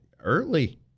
early